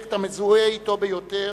הפרויקט המזוהה אתו ביותר: